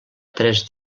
tres